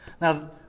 Now